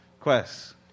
Quest